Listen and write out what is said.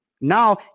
Now